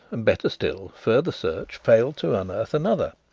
and, better still, further search failed to unearth another.